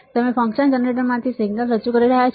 તમે ફંક્શન જનરેટરમાંથી સિગ્નલ રજૂ કરી રહ્યાં છો